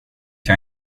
jag